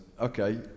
okay